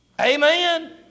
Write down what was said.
Amen